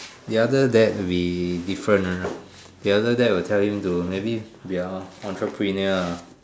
the other dad different the other dad will tell him to maybe be an entrepreneur ah